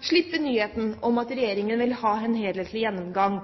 slippe nyheten om at regjeringen vil ha en helhetlig gjennomgang